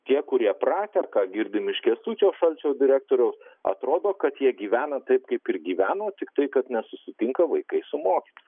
tie kurie pratę ir ką girdim iš kęstučio šalčio direktoriaus atrodo kad jie gyvena taip kaip ir gyveno tiktai kad nesusitinka vaikai su mokytoja